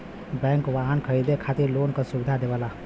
bank वाहन खरीदे खातिर लोन क सुविधा देवला